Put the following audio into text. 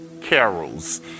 carols